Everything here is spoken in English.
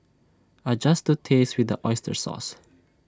adjust to taste with the Oyster sauce